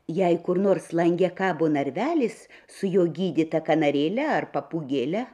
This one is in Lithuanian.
jei kur nors lange kabo narvelis su jo gydyta kanarėle ar papūgėle